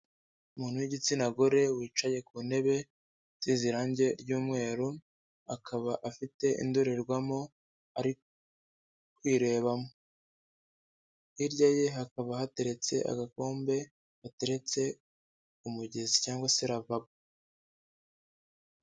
Umuntu w'igitsina gore wicaye ku ntebe isize irarangi ry'umweru, akaba afite indorerwamo ari kwireba mo hirya ye hakaba hateretse agakombe gateretse ku mugezi cyangwa se lavabo.